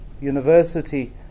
university